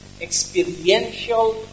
experiential